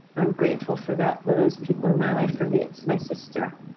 i'm grateful for that those people in my life. for me, it's my sister,